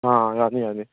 ꯑꯥ ꯑꯥ ꯌꯥꯅꯤ ꯌꯥꯅꯤ